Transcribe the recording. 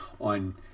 on